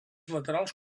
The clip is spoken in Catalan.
laterals